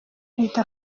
ahita